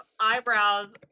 eyebrows